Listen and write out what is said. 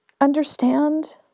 understand